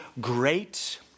great